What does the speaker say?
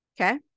Okay